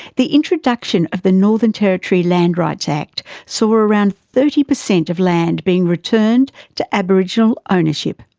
the introduction of the northern territory land rights act saw around thirty percent of land being returned to aboriginal ownership.